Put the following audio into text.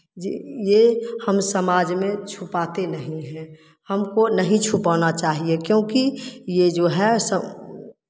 ये हम समाज में छुपाते नहीं हैं हमको नहीं छुपाना चाहिए क्योंकि ये जो है सम्